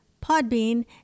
Podbean